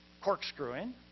corkscrewing